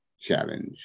challenge